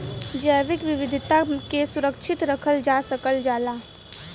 जैविक विविधता के सुरक्षित रखल जा सकल जाला